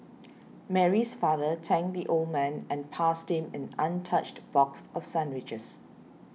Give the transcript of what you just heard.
Mary's father thanked the old man and passed him an untouched box of sandwiches